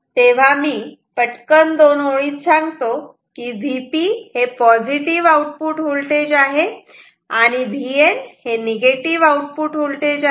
तेव्हा पटकन दोन ओळीत सांगतो की Vp हे पॉझिटिव आउटपुट व्होल्टेज आहे आणि Vn हे निगेटिव्ह आउटपुट व्होल्टेज आहे